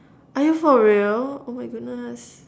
are you for real oh my goodness